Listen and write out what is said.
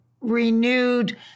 renewed